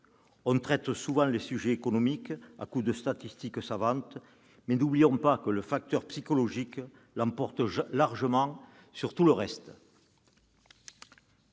On traite souvent les sujets économiques à coups de statistiques savantes, mais n'oublions pas que le facteur psychologique l'emporte largement sur tout le reste.